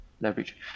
leverage